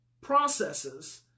processes